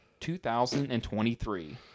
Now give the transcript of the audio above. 2023